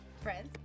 Friends